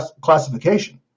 classification